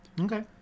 Okay